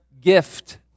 gift